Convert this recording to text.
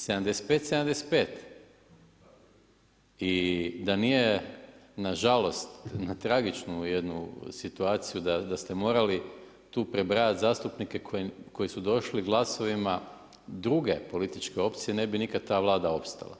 75, 75 i da nije na žalost na tragičnu jednu situaciju da ste morali tu prebrajati zastupnike koji su došli glasovima druge političke opcije ne bi nikad ta Vlada opstala.